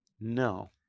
no